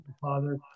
Father